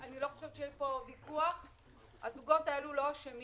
אנחנו מאוכזבים מזה אכזבה מאוד קשה.